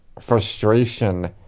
frustration